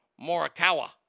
Morikawa